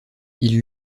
ils